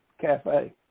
Cafe